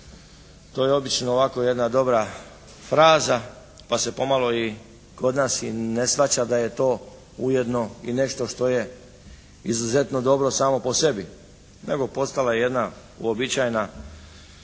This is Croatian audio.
To je obično ovako jedna dobra fraza pa se pomalo i kod nas i ne shvaća da je to ujedno i nešto što je izuzetno dobro samo po sebi. Nego postala je jedna uobičajena iz